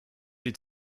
sie